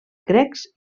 grecs